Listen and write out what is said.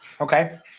Okay